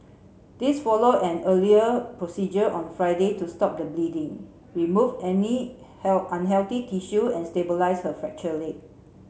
this follow an earlier procedure on Friday to stop the bleeding remove any unhealthy tissue and stabilise her leg